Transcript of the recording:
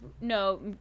no